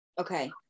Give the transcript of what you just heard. okay